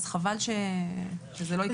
אז חבל שזה לא יקרה.